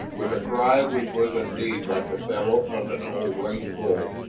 with a cry which was indeed like the bellow of an old range bull,